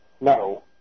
No